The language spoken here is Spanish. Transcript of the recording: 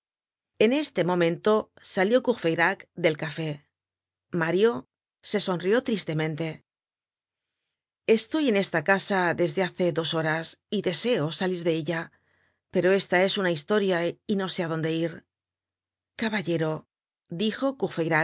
en este momento salió courfeyrac del café mario se sonrió tristemente estoy en esta casa desde hace dos horas y deseo salir de ella pero esta es una historia y no sé á dónde ir caballero dijo